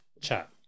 chat